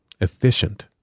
efficient